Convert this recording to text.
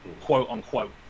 quote-unquote